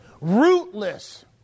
rootless